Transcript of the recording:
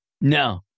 No